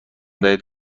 دهید